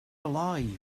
alive